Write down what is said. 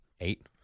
eight